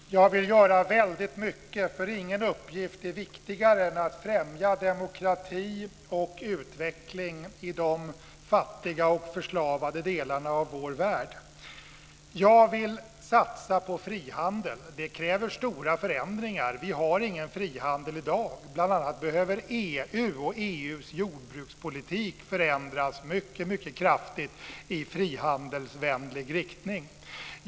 Herr talman! Jag vill göra väldigt mycket, för ingen uppgift är viktigare än att främja demokrati och utveckling i de fattiga och förslavade delarna av vår värld. Jag vill satsa på frihandel. Det kräver stora förändringar. Vi har ingen frihandel i dag. Bl.a. behöver EU och dess jordbrukspolitik förändras mycket kraftigt i frihandelsvänlig riktning.